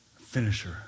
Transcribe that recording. finisher